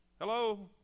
Hello